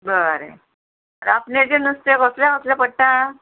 बरें रांपणेचें नुस्तें कसलें कसलें पडटा